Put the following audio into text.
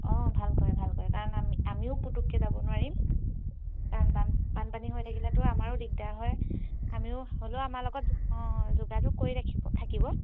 অঁ ভাল কৰে ভাল কৰে কাৰণ আমি আমিও পুটুককৈ যাব নোৱাৰিম কাৰণ বান বানপানী হৈ থাকিলেতো আমাৰো দিগদাৰ হয় আমিও হ'লেও আমাৰ লগত অঁ যোগাযোগ কৰি ৰাখিব থাকিব